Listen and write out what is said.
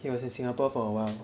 he was in Singapore for awhile